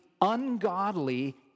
ungodly